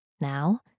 Now